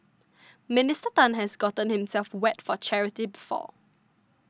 Minister Tan has gotten himself wet for charity before